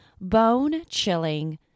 bone-chilling